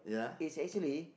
is actually